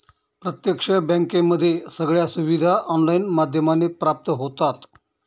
प्रत्यक्ष बँकेमध्ये सगळ्या सुविधा ऑनलाईन माध्यमाने प्राप्त होतात